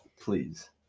please